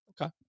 Okay